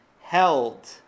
held